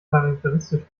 charakteristisch